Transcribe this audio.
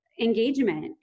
engagement